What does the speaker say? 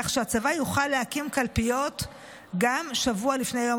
כך שהצבא יוכל להקים קלפיות גם שבוע לפני יום